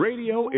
Radio